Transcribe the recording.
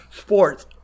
Sports